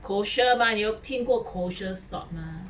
kosher mah 你有听过 kosher salt mah